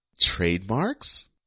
Trademarks